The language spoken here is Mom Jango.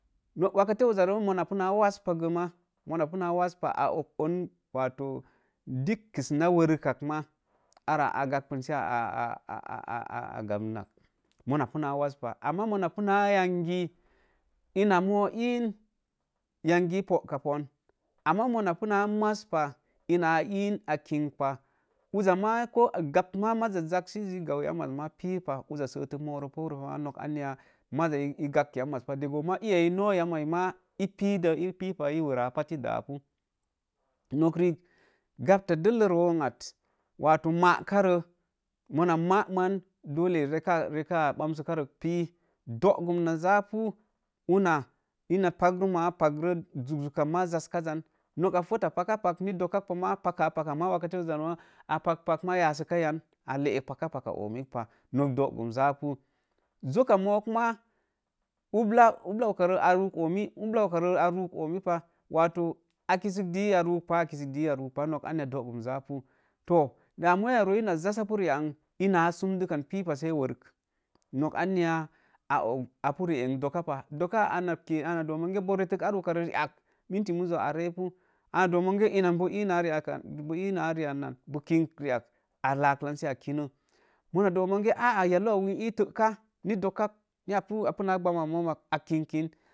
Wakete iiza rə boo mana pu naa wa pagə ma mana puna waz pa a og oon wato dikkə na wev kat ma, arra a gabbə sə gamnat, muna puna waz pah, ama mona puna yangi, ina moo iin yangi ii pakapon, ama mona naa maz pah, ina a iin a kinpa nza boo gabt maa mazajak sə ii gau yammaz pipa, uza sətək kmoro pou roo pa ma, nok anya, maza ii gab yam maz pa, də gə maa ii ya ii noo yammai maa ii pipa ii werrag pat ii daa pu. Nok riik gabta dellə roo n at, wato maa ka roo, mona mamana, ree kaa gbamsə karək pii. Doogum na zaa pu, ilma pakrən ma a pagre zuk, zuk kam ma zaska jan. nok a fotta paka pak ni dokkak pa maa, paka a pag ni dokka pa maaa, pak pag maa yasə ka yam aleek paka, paka oomik pa, apak pak maa yasə ka yam, nok dogum japu. Zok ka moo ma, ubla ukarə a ruuk oomi, ubla ukarə a ruuk oomi pah, wato a kisə dii a ruupa nok anya, dogum japu. To damuwai roo ina zassapu riian, ina sundukan pipa sai werk, nok anya a pu rii n dokka pa, dokka ana kee mona munge boo retik ar ukarə rii ak minti muzo a reepu, a doo monge ina boo ii na rii ak nan boo kin, a laalan sə a kinə, mona doo monge a ā yalu au boo ii təka ni dokkak, ni apu naa gbamma moom ak a kinkin.